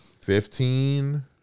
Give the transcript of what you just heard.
Fifteen